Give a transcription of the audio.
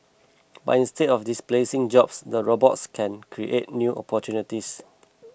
but instead of displacing jobs the robots can create new opportunities